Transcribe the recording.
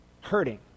hurting